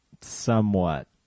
Somewhat